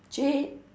Jay